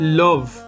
love